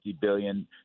billion